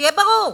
שיהיה ברור,